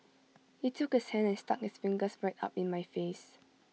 he took his hand and stuck his fingers right up in my face